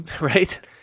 Right